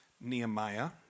Nehemiah